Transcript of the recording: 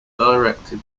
directed